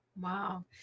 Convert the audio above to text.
Wow